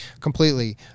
completely